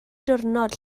diwrnod